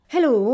Hello